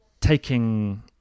taking